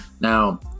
Now